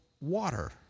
water